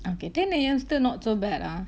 okay ten A_M still not so bad ah